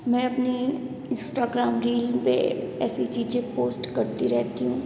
मैं अपनी Instagram reel पे ऐसी चीज़ें पोस्ट करती रहती हूँ